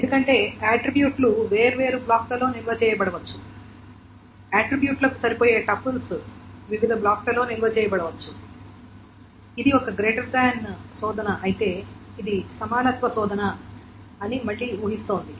ఎందుకంటే ఆట్రిబ్యూట్ లు వేర్వేరు బ్లాక్లలో నిల్వ చేయబడవచ్చు లక్షణాలకు సరిపోయే టూపుల్స్ వివిధ బ్లాక్లలో నిల్వ చేయబడవచ్చు ఇది ఒక గ్రేటర్దాన్ శోధన అయితే ఇది సమానత్వ శోధన అని మళ్లీ ఊహిస్తోంది